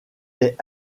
est